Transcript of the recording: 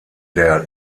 der